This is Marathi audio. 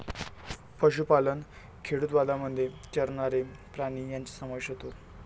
पशुपालन खेडूतवादामध्ये चरणारे प्राणी यांचा समावेश होतो